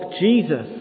Jesus